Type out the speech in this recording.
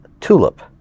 tulip